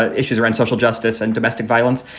ah issues around social justice and domestic violence.